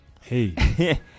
hey